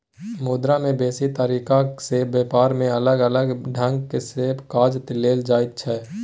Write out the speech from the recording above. मुद्रा के बेसी तरीका से ब्यापार में अलग अलग ढंग से काज लेल जाइत छै